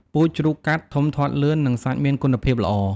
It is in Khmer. ពូជជ្រូកកាត់ ធំធាត់លឿន និងសាច់មានគុណភាពល្អ។